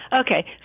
Okay